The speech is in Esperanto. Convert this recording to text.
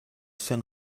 sen